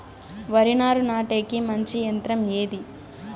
వరి నారు నాటేకి మంచి యంత్రం ఏది?